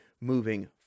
moving